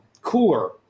cooler